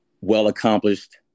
Well-accomplished